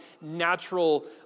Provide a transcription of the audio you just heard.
natural